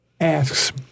asks